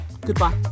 goodbye